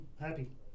happy